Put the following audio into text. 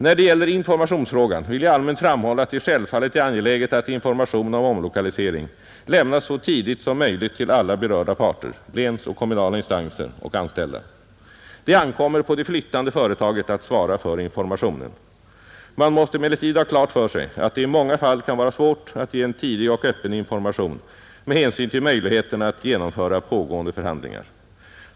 När det gäller informationsfrågan vill jag allmänt framhålla att det självfallet är angeläget att information om omlokalisering lämnas så tidigt som möjligt till alla berörda parter, länsinstanser och kommunala instanser och anställda. Det ankommer på det flyttande företaget att svara för informationen. Man måste emellertid ha klart för sig att det i många fall kan vara svårt att ge en tidig och öppen information med hänsyn till möjligheterna att genomföra pågående förhandlingar.